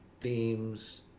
themes